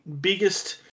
biggest